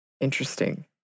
Interesting